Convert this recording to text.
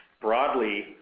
broadly